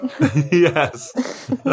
Yes